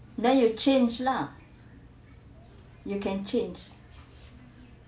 then you change lah you can change